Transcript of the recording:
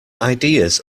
ideas